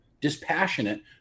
dispassionate